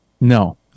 No